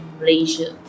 Malaysia